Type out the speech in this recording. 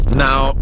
now